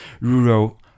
rural